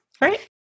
Right